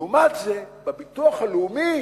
לעומת זה, בביטוח הלאומי